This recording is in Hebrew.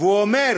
והוא אומר: